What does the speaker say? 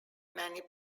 many